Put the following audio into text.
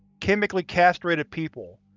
chemically castrated people,